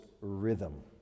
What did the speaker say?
rhythm